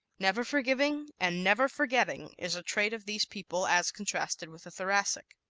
never forgiving and never forgetting is a trait of these people as contrasted with the thoracic.